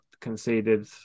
conceded